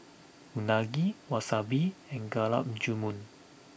Unagi Wasabi and Gulab Jamun